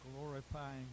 glorifying